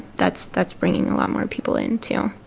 that's that's bringing a lot more people in, too